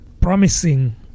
promising